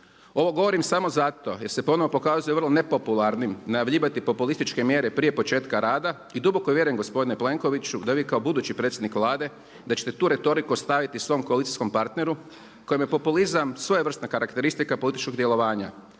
Ovo govorim samo zato jer se ponovno pokazuje vrlo nepopularnim najavljivati populističke mjere prije početka rada i duboko vjerujem gospodine Plenkoviću da vi kao budući predsjednik Vlade da ćete tu retoriku ostaviti svom koalicijskom partneru kojem je populizam svojevrsna karakteristika političkog djelovanja.